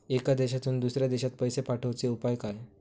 एका देशातून दुसऱ्या देशात पैसे पाठवचे उपाय काय?